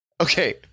okay